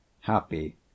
happy